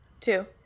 Two